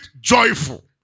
joyful